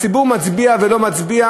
הציבור מצביע או לא מצביע,